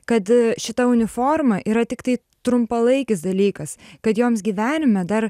kad šita uniforma yra tiktai trumpalaikis dalykas kad joms gyvenime dar